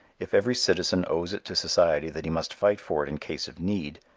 if every citizen owes it to society that he must fight for it in case of need,